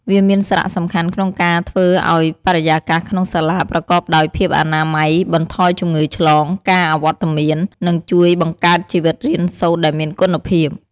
វាមានសារៈសំខាន់ក្នុងការធ្វើឲ្យបរិយាកាសក្នុងសាលាប្រកបដោយភាពអនាម័យ បន្ថយជំងឺឆ្លង ការអវត្តមាន និងជួយបង្កើតជីវិតរៀនសូត្រដែលមានគុណភាព។